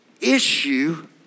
issue